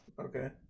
Okay